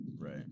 Right